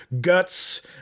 guts